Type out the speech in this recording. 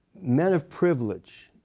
men of privilege,